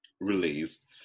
release